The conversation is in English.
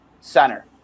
center